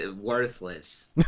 worthless